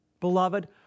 beloved